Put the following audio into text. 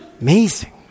amazing